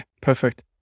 perfect